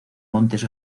montes